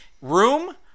Room